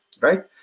right